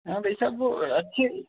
हाँ भाई साहब वह अच्छे